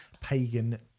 Pagan